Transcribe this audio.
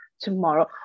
tomorrow